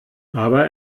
aber